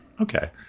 Okay